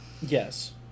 Yes